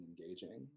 engaging